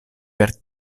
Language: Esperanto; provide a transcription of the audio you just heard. per